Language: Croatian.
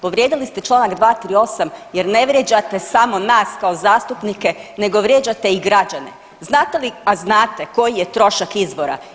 Povrijedili ste Članak 238. jer ne vrijeđate samo nas kao zastupnike, nego vrijeđate i građane, znate li, a znate koji je trošak izbora.